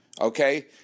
okay